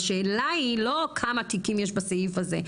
השאלה היא לא כמה תיקים יש בסעיף הזה,